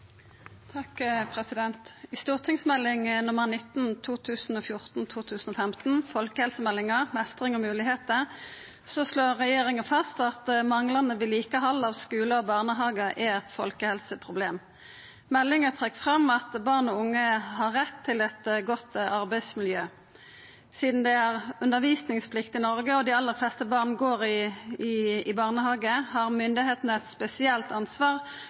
I Meld. St. 19 for 2014–2015, Folkehelsemeldingen – Mestring og muligheter, slår regjeringa fast at manglande vedlikehald av skular og barnehagar er eit folkehelseproblem. Meldinga trekk fram at barn og unge har rett til eit godt arbeidsmiljø. Sidan det er undervisningsplikt i Noreg og dei aller fleste barn går i barnehage, har myndigheitene eit spesielt ansvar